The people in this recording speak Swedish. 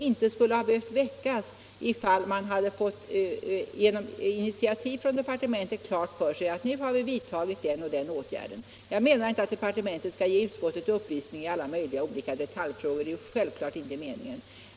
Detta skulle inte behöva ske om riksdagen genom initiativ från departementen får veta när en åtgärd har vidtagits. Jag menar inte att departementet skall ge utskottet upplysning i alla möjliga olika detaljfrågor, det är självklart inte meningen.